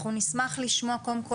אנחנו נשמח לשמוע קודם כל,